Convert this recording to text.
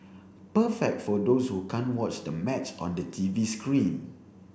perfect for those who can't watch the match on the T V screen